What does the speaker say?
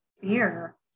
fear